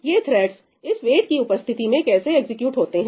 ये थ्रेड्स इस वेट की उपस्थिति में कैसे एग्जीक्यूट होते हैं